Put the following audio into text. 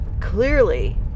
Clearly